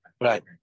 right